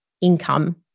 income